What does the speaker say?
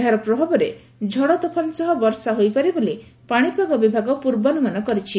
ଏହାର ପ୍ରଭାବରେ ଝଡ଼ତୋଫାନ ସହ ବର୍ଷା ହୋଇପାରେ ବୋଲି ପାଶିପାଗ ବିଭାଗ ପୂର୍ବାନୁମାନ କରିଛି